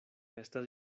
estas